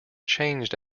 changed